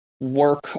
work